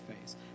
face